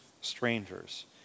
strangers